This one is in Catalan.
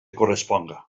corresponga